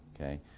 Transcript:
Okay